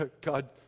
God